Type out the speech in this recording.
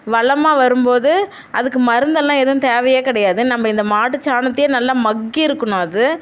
வளமாக வரும்போது அதுக்கு மருந்தெல்லாம் எதுவும் தேவையே கிடையாது நம்ம இந்த மாட்டுச் சாணத்தையே நல்லா மட்கி இருக்கணும் அது